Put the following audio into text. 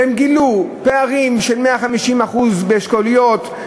והם גילו פערים של 150% באשכוליות,